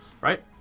right